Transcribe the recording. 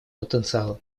потенциалом